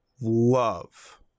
love